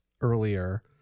earlier